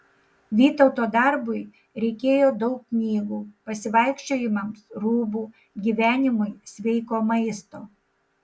vytauto darbui reikėjo daug knygų pasivaikščiojimams rūbų gyvenimui sveiko maisto